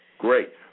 Great